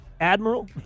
Admiral